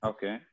Okay